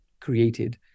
created